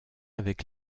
avec